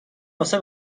واسه